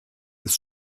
ist